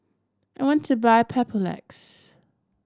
I want to buy Papulex